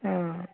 ହୁଁ